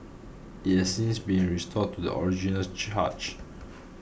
it has since been restored to the original charge